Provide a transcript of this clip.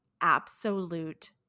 absolute